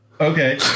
Okay